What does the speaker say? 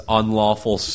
unlawful